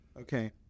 Okay